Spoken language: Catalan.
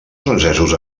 francesos